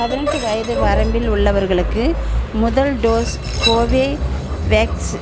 பதினெட்டு வயது வரம்பில் உள்ளவர்களுக்கு முதல் டோஸ் கோவோவேக்ஸ்